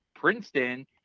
Princeton